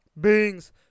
beings